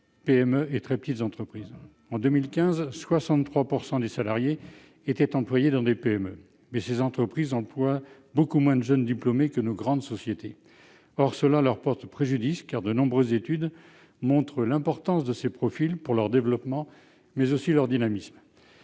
PME et les très petites entreprises (TPE). En 2015, 63 % des salariés étaient employés dans une PME, mais ces entreprises embauchent beaucoup moins de jeunes diplômés que les grandes sociétés. Or cela leur porte préjudice, car de nombreuses études montrent l'importance de ces profils pour le développement mais aussi pour le dynamisme